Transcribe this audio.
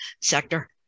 sector